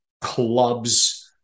clubs